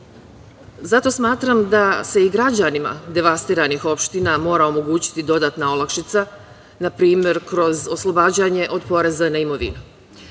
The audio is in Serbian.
Zato smatram da se i građanima devastiranih opština mora omogućiti dodatna olakšica, na primer, kroz oslobađanje od poreza na imovinu.